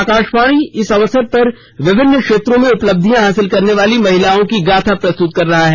आकाशवाणी इस अवसर पर विभिन्न क्षेत्रों में उपलब्धियां हासिल करने वाली महिलाओं की गाथा प्रस्तुत कर रहा है